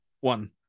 one